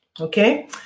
okay